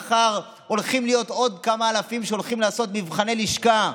מחר הולכים להיות עוד כמה אלפים שהולכים לעשות מבחני לשכה.